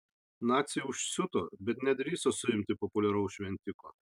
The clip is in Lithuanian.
naciai užsiuto bet nedrįso suimti populiaraus šventiko